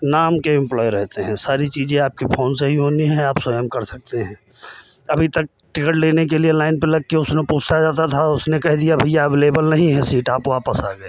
नाम के इम्प्लॉइ रहते हैं सारी चीज़ें आपके फोन से ही होनी है आप स्वयं कर सकते हैं अभी तक टिकट लेने के लिए लाइन पे लगके उसमें पूछता जाता था उसने कहे दिया भईया अबलेबल नहीं है सीट आप वापस आ गए